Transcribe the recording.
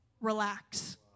Relax